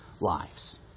lives